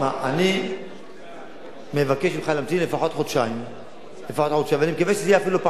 אני מקווה שזה ייגמר מהר מאוד,